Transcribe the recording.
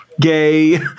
gay